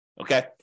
okay